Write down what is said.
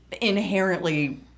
inherently